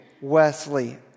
Wesley